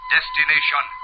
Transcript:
Destination